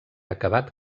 acabat